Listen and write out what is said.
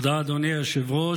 תודה, אדוני היושב-ראש.